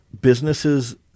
businesses